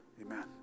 amen